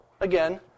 Again